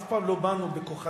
אף פעם לא באנו בכוחנות.